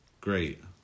Great